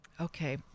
Okay